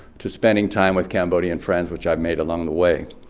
to spending time with cambodian friends which i've made along the way.